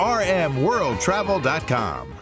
rmworldtravel.com